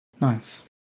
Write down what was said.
Nice